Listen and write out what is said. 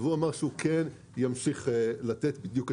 והוא אמר שהוא כן ימשיך לתת בדיוק את